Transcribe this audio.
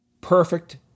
perfect